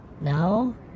No